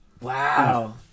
Wow